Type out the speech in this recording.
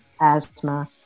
asthma